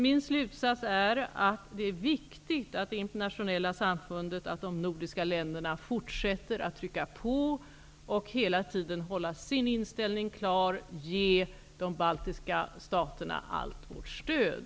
Min slutsats är att det är viktigt att det internationella samfundet och de nordiska länderna fortsätter att trycka på, att vi hela tiden håller vår inställning klar och ger de baltiska staterna allt vårt stöd.